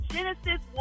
Genesis